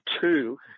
two